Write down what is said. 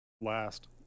last